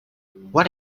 what